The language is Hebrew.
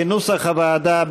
כנוסח הוועדה,